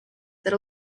that